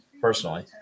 Personally